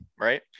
right